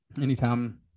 Anytime